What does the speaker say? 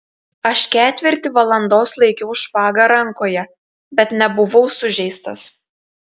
aš ketvirtį valandos laikiau špagą rankoje bet nebuvau sužeistas